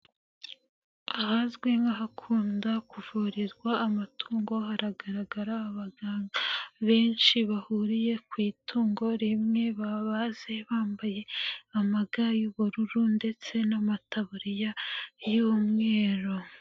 Ahazwi nk'ahakunda kuvurirwa amatungo, haragaragara abaganga benshi bahuriye ku itungo rimwe babaze, bambaye amaga y'ubururu ndetse n'amataburiya y'umweru.